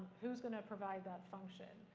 who's gonna provide that function,